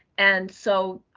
and so